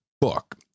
book